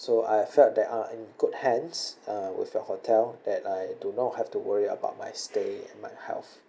so I felt that I am in good hands uh with your hotel that I do not have to worry about my stay and my health